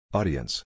Audience